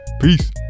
Peace